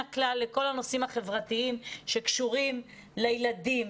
הכלל לכל הנושאים החברתיים שקשורים לילדים,